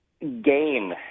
gain